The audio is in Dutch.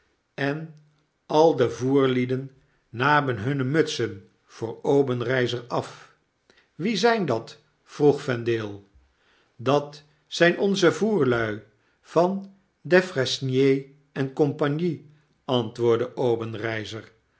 en al de voerfieden namen hunne mutsen voor obenreizer af wie zyn dat vroeg vendale dat zyn onze voerlui van defresnier en cie antwoordde